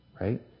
right